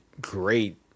great